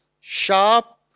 sharp